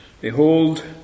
Behold